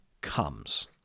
comes